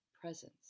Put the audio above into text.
presence